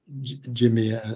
Jimmy